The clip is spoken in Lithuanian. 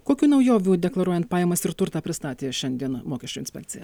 kokių naujovių deklaruojant pajamas ir turtą pristatė šiandien mokesčių inspekcija